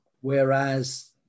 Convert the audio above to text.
Whereas